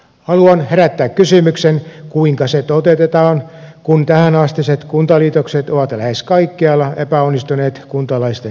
haluan herättää kysymyksen kuinka se toteutetaan kun tähänastiset kuntaliitokset ovat lähes kaikkialla epäonnistuneet kuntalaisten mielestä